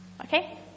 okay